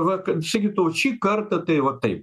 va kad ši kitų šį kartą tai va taip